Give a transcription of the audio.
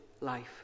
life